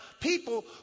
people